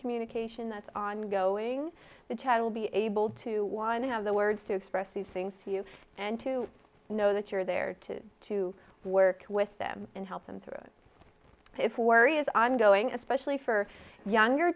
communication that's ongoing the child will be able to want to have the words to express these things to you and to know that you're there to to work with them and help them through this if worry is ongoing especially for younger